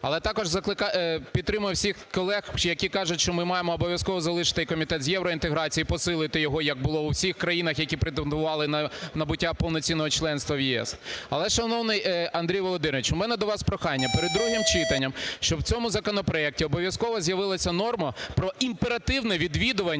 Але також підтримую всіх колег, які кажуть, що ми маємо обов'язково залишити Комітет з євроінтеграції, посилити його, як було в усіх країнах, які претендували на набуття повноцінного членства в ЄС. Але, шановний Андрій Володимирович, у мене до вас прохання: перед другим читанням щоб в цьому законопроекті обов'язково з'явилася норма про імперативне відвідування